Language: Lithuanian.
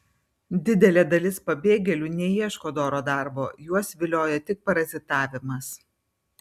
didelė dalis pabėgėlių neieško doro darbo juos vilioja tik parazitavimas